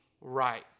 right